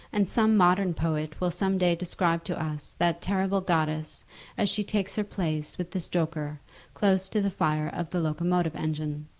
and some modern poet will some day describe to us that terrible goddess as she takes her place with the stoker close to the fire of the locomotive engine.